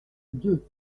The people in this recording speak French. deux